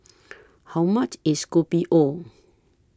How much IS Kopi O